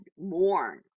mourn